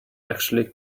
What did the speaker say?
actually